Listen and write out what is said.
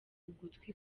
ugutwi